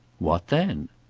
what then?